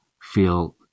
feel